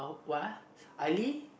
uh Ali